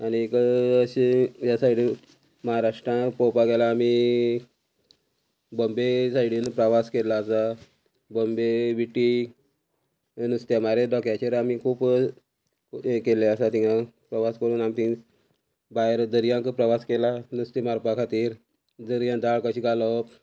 आनीक अशें ह्या सायडी महाराष्ट्रान पोवपाक गेल्यार आमी बॉम्बे सायडीन प्रवास केल्लो आसा बॉम्बे विटी नुस्तें मारी टोक्याचेर आमी खूब केल्ले आसा तिंगा प्रवास कोरून आमी तिंग भायर दर्याक प्रवास केला नुस्तें मारपा खातीर दर्या धाळ कशें घालोप